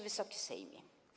Wysoki Sejmie!